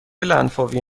لنفاوی